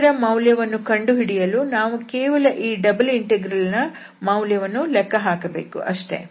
ಇದರ ಮೌಲ್ಯವನ್ನು ಕಂಡುಹಿಡಿಯಲು ನಾವು ಕೇವಲ ಈ ಡಬಲ್ ಇಂಟೆಗ್ರಲ್ ನ ಮೌಲ್ಯವನ್ನು ಲೆಕ್ಕ ಹಾಕಬೇಕು ಅಷ್ಟೇ